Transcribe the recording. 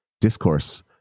discourse